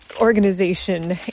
organization